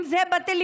אם זה בטלוויזיה,